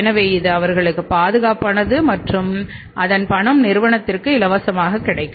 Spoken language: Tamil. எனவே இது அவர்களுக்கு பாதுகாப்பானது மற்றும் அதன் பணம் நிறுவனத்திற்கும் இலவசமாக கிடைக்கும்